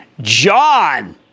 John